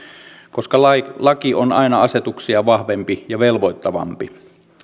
koska laki on aina asetuksia vahvempi ja velvoittavampi